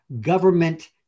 government